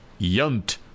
Yunt